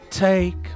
take